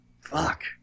fuck